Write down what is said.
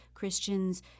Christians